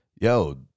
Yo